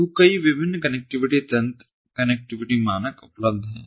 तो कई विभिन्न कनेक्टिविटी तंत्र कनेक्टिविटी मानक उपलब्ध हैं